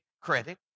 credit